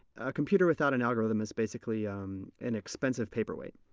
a computer without an algorithm is basically an expensive paperweight.